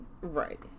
Right